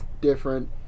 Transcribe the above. different